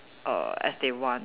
err as they want